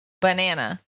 banana